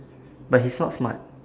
but he's not smart